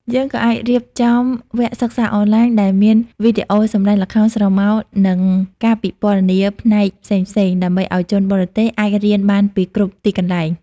យើងក៏អាចរៀបចំវគ្គសិក្សាអនឡាញ ដែលមានវីដេអូសម្តែងល្ខោនស្រមោល និងការពិពណ៌នាផ្នែកផ្សេងៗ ដើម្បីឲ្យជនបរទេសអាចរៀនបានពីគ្រប់ទីកន្លែង។